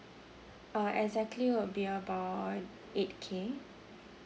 uh exactly will be about eight K